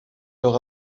leur